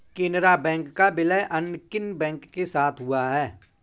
Canara bank का विलय अन्य किन बैंक के साथ हुआ है?